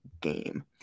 game